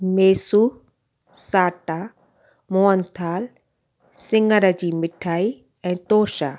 मेसू साटा मोहन थाल सिङर जी मिठाई ऐं तोशा